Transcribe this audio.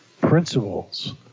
principles